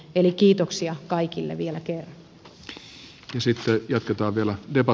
eli kiitoksia kaikille vielä kerran